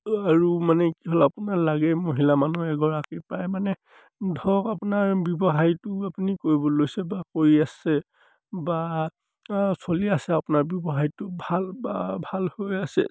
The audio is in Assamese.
আৰু মানে কি হ'ল আপোনাৰ লাগে মহিলা মানুহ এগৰাকী প্ৰায় মানে ধৰক আপোনাৰ ব্যৱসায়টো আপুনি কৰিবলৈ লৈছে বা কৰি আছে বা চলি আছে আপোনাৰ ব্যৱসায়টো ভাল বা ভাল হৈ আছে